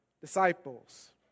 disciples